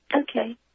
Okay